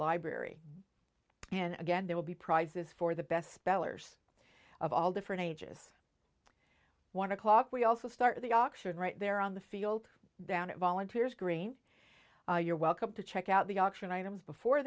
library and again there will be prizes for the best spellers of all different ages one o'clock we also start the auction right there on the field down at volunteers green you're welcome to check out the auction items before